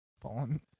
Fallen